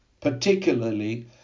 particularly